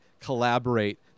collaborate